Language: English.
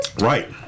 Right